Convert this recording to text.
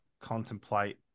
contemplate